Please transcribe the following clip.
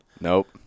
Nope